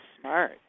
Smart